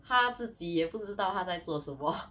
他自己也不知道他在做什么